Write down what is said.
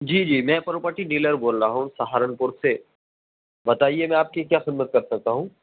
جی جی میں property dealer بول رہا ہوں سہارنپور سے بتائیے میں آپ کی کیا خدمت کر سکتا ہوں